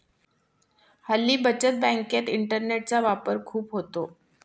हल्ली बचत बँकेत इंटरनेटचा वापर खूप होतो